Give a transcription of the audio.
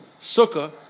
sukkah